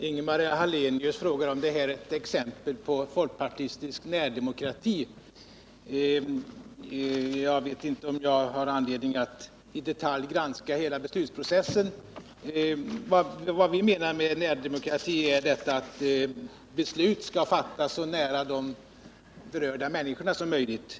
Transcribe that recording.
Herr talman! Ingemar Hallenius frågar om det här är ett exempel på folkpartistisk närdemokrati. Jag vet inte om jag har anledning att i detalj granska hela beslutsprocessen. Vad vi menar med närdemokrati är detta att beslut skall fattas så nära de berörda människorna som möjligt.